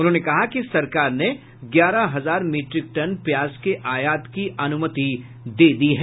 उन्होंने कहा कि सरकार ने ग्यारह हजार मीट्रिक टन प्याज के आयात की अनुमति दे दी है